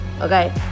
Okay